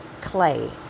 clay